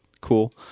cool